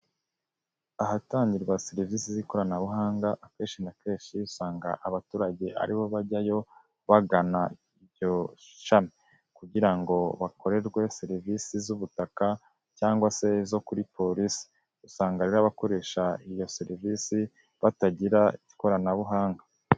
Ahatangirwa serivisi z'ikoranabuhanga, akenshi na kenshi usanga abaturage aribo bajyayo bagana iryo shami, kugira ngo bakorerwe serivisi z'ubutaka cyangwa se izo kuri polisi, usanga rero abakoresha iyo serivisi batagira ikoranabuhanga.